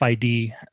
FID